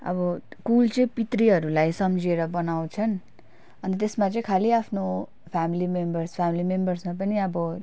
अब कुल चाहिँ पितृहरूलाई सम्झेर बनाउँछन् अन्त त्यसमा चाहिँ खालि आफ्नो फ्यामिली मेम्बर्स फ्यामिली मेम्बर्समा पनि अब